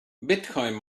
bitcoin